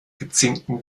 gezinkten